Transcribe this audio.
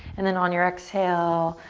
and then on your exhale,